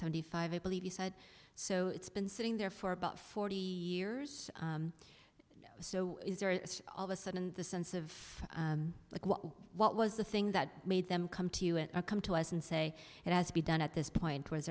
seventy five i believe you said so it's been sitting there for about forty years so is are all of a sudden the sense of like what was the thing that made them come to you and come to us and say it has to be done at this point